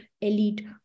elite